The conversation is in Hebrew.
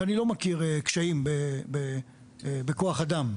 ואני לא מכיר קשיים בכוח אדם,